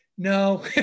No